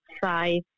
five